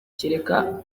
kereka